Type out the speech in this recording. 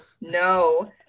no